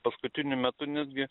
paskutiniu metu netgi